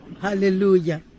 hallelujah